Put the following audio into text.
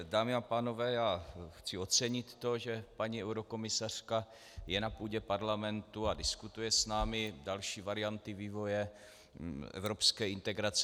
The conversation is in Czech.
Dámy a pánové, já chci ocenit to, že paní eurokomisařka je na půdě Parlamentu a diskutuje s námi další varianty vývoje evropské integrace.